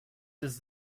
does